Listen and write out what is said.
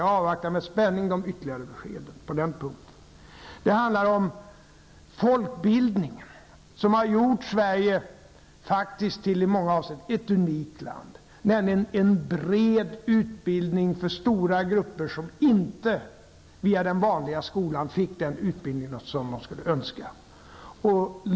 Jag avvaktar med spänning ytterligare besked på den punkten. Vidare handlar skoldebatten om folkbildningen som i många avseenden har gjort Sverige till ett unikt land. Folkbildningen är en bred utbildning för stora grupper som inte via den vanliga skolan fick den utbildning som de hade önskat.